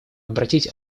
обратить